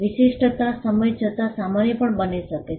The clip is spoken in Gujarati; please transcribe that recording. વિશિષ્ટતા સમય જતાં સામાન્ય પણ બની શકે છે